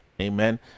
amen